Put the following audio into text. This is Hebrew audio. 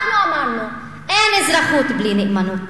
אנחנו אמרנו, אין אזרחות בלי נאמנות.